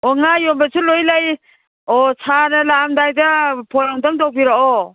ꯑꯣ ꯉꯥ ꯌꯣꯟꯕꯁꯨ ꯂꯣꯏ ꯂꯩ ꯑꯣ ꯁꯥꯔꯅ ꯂꯥꯛꯑꯝꯗꯥꯏꯗ ꯐꯣꯟ ꯑꯝꯇꯪ ꯇꯧꯕꯤꯔꯛꯑꯣ